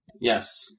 Yes